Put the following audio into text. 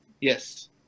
Yes